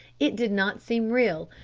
it did not seem real.